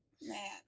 man